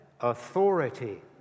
authority